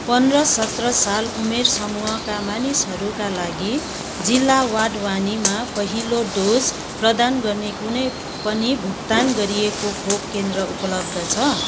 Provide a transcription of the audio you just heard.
पन्ध्र सत्र साल उमेर समूहका मानिसहरूका लागि जिल्ला बडवानीमा पहिलो डोज प्रदान गर्ने कुनै पनि भुक्तान गरिएको खोप केन्द्र उपलब्ध छ